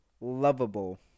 lovable